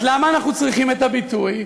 אז למה אנחנו צריכים את הביטוי?